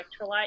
electrolyte